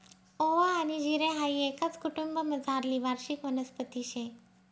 ओवा आनी जिरे हाई एकाच कुटुंबमझारली वार्षिक वनस्पती शे